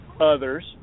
others